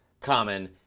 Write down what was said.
common